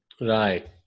Right